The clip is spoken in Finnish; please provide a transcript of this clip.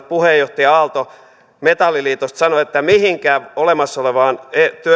puheenjohtaja aalto metalliliitosta sanoi että mihinkään olemassa olevaan